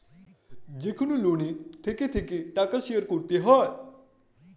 যেকনো লোনে থেকে থেকে টাকা শোধ করতে হয়